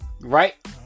right